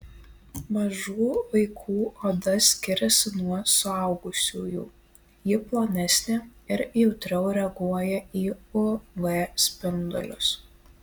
mažų vaikų oda skiriasi nuo suaugusiųjų ji plonesnė ir jautriau reaguoja į uv spindulius